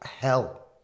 hell